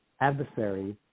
adversaries